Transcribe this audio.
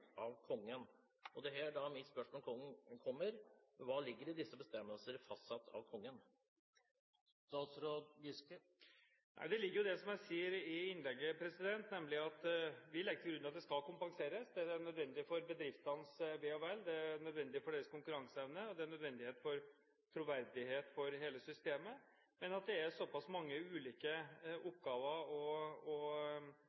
av Kongen. Det er her mitt spørsmål kommer: Hva ligger det i «bestemmelser fastsatt av Kongen»? I det ligger jo det som jeg sier i innlegget, nemlig at vi legger til grunn at det skal kompenseres. Det er nødvendig for bedriftenes ve og vel, det er nødvendig for deres konkurranseevne, og det er en nødvendighet for troverdigheten til hele systemet. Men det er såpass mange ulike